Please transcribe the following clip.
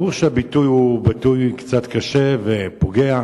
ברור שהביטוי הוא ביטוי קצת קשה ופוגע.